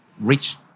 rich